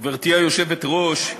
גברתי היושבת-ראש,